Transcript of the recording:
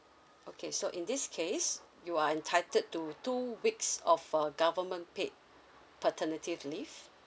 okay so in this case you are entitled to two weeks of uh government paid paternity leave